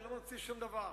אני לא ממציא שום דבר.